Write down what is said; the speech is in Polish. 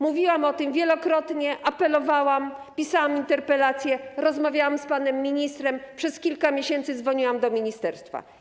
Mówiłam o tym wielokrotnie, apelowałam, pisałam interpelacje, rozmawiałam z panem ministrem, przez kilka miesięcy dzwoniłam do ministerstwa.